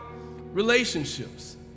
relationships